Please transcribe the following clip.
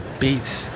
beats